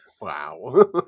Wow